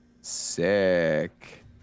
Sick